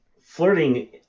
flirting